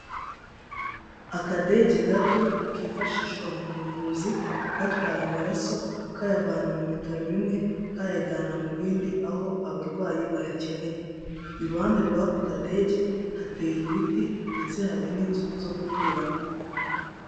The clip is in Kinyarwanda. Akadege gato kifashishwa mu buvuzi gatwara amaraso kayavana mu bitaro bimwe, kayajyana mu bindi aho abarwayi bayakeneye, iruhande rw'ako kadege hateye ibiti ndetse hari n'inzu zo guturamo.